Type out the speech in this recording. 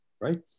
right